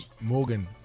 Morgan